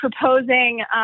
proposing